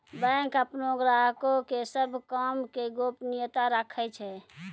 bank अपनो ग्राहको के सभ काम के गोपनीयता राखै छै